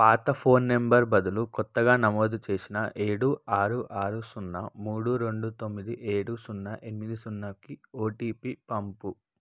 పాత phone number బదులు కొత్తగా నమోదు చేసిన ఏడు ఆరు ఆరు సున్నా మూడు రెండు తొమ్మిది ఏడు సున్నా ఎనిమిది సున్నాకి ఓటిపి పంపు